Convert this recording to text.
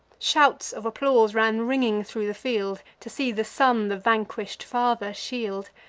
shouts of applause ran ringing thro' the field, to see the son the vanquish'd father shield.